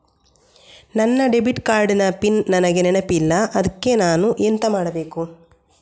ನನ್ನ debit card ನ pin ನನಗೆ ನೆನಪಿಲ್ಲ ಅದ್ಕೆ ನಾನು ಎಂತ ಮಾಡಬೇಕು?